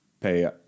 pay